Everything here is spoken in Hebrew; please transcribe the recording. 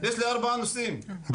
ארבעה נושאים,